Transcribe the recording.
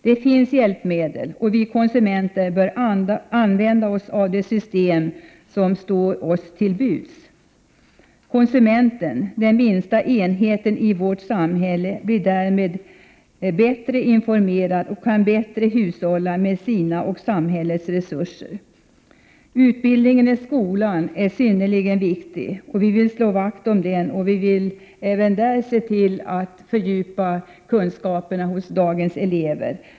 Det finns hjälpmedel, och vi konsumenter bör använda oss av de system som står oss till buds. Konsumenten, den minsta enheten i vårt samhälle, blir därmed bättre informerad och kan bättre hushålla med sina och samhällets resurser. Utbildningen i skolan är synnerligen viktig, och den vill vi slå vakt om och fördjupa kunskaperna hos eleverna.